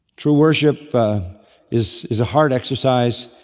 true worship is is a heart exercise,